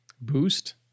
boost